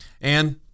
And-